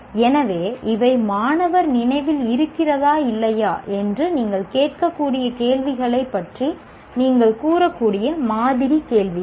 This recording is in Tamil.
எனவே இவை மாணவர் நினைவில் இருக்கிறதா இல்லையா என்று நீங்கள் கேட்கக்கூடிய கேள்விகளைப் பற்றி நீங்கள் கூறக்கூடிய மாதிரி கேள்விகள்